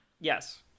Yes